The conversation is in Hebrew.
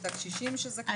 את הקשישים שזכאים,